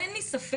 אין לי ספק